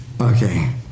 Okay